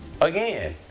Again